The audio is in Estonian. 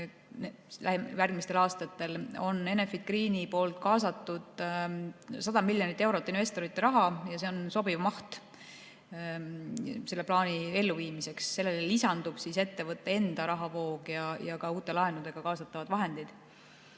Järgmistel aastatel on Enefit Green kaasanud 100 miljonit eurot investorite raha ja see on sobiv maht selle plaani elluviimiseks. Sellele lisandub ettevõtte enda rahavoog ja ka uute laenudega kaasatavad vahendid.